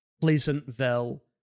Pleasantville